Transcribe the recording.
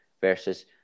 versus